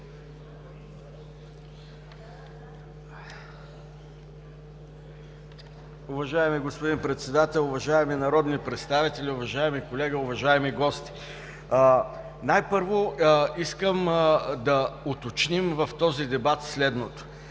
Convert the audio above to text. Уважаеми господин Председател, уважаеми народни представители, уважаеми колега, уважаеми гости! Най-първо искам да уточним в този дебат следното.